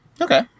Okay